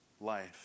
life